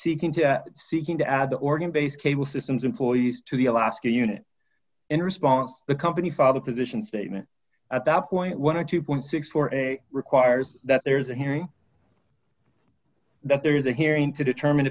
seeking to seeking to add the organ bass cable systems employees to the alaska unit in response the company filed a petition statement at that point one of two point six four a requires that there is a hearing that there is a hearing to determine